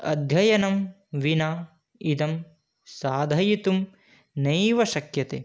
अध्ययनं विना इदं साधयितुं नैव शक्यते